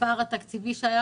הפער התקציבי שהיה,